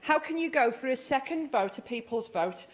how can you go for a second vote a people's vote